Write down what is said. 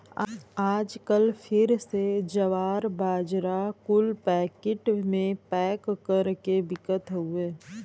आजकल फिर से जवार, बाजरा कुल पैकिट मे पैक कर के बिकत हउए